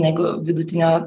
negu vidutinio